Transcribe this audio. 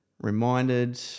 reminded